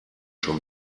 schon